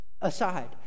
aside